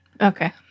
Okay